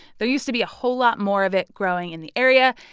there used to be a whole lot more of it growing in the area.